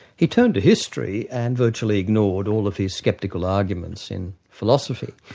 he turned to history, and virtually ignored all of his sceptical arguments and philosophy,